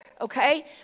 okay